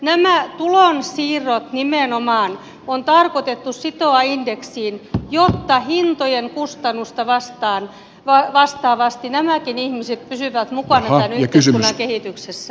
nämä tulonsiirrot nimenomaan on tarkoitettu sitoa indeksiin jotta hintojen kustannusta vastaavasti nämäkin ihmiset pysyvät mukana tämän yhteiskunnan kehityksessä